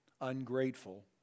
ungrateful